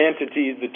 entities